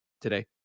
today